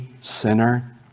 sinner